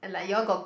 I know